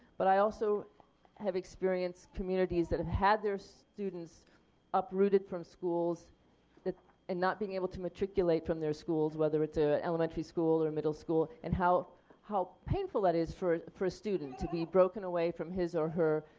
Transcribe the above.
but i also have experienced communities that have had their students uprooted from schools and not being able to matriculate from their schools whether it's an elementary school, or a middle school and how how painful that is for for a student to be broken away from his or her